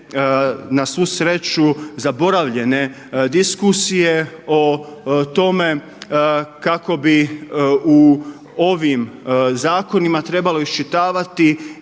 na svu sreću zaboravljene diskusije o tome kako bi u ovim zakonima trebalo iščitavati